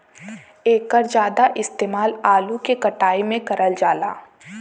एकर जादा इस्तेमाल आलू के कटाई में करल जाला